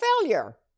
failure